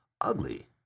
ugly